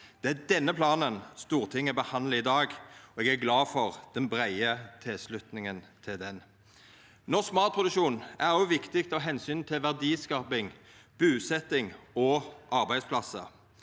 Det er denne planen Stortinget behandlar i dag, og eg er glad for den breie tilslutninga til han. Norsk matproduksjon er òg viktig av omsyn til verdiskaping, busetjing og arbeidsplassar.